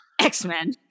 X-Men